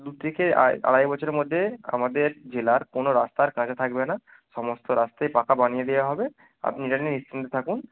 দু থেকে আড়াই বছরের মধ্যে আমাদের জেলার কোনো রাস্তা আর কাঁচা থাকবে না সমস্ত রাস্তাই পাকা বানিয়ে দেওয়া হবে আপনি এটা নিয়ে নিশ্চিন্তে থাকুন